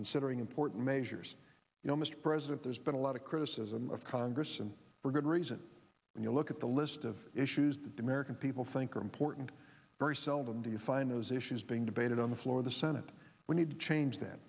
considering important measures you know mr president there's been a lot of criticism of congress and for good reason when you look at the list of issues that the american people think are important very seldom do you find those issues being debated on the floor of the senate we need change th